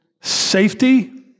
Safety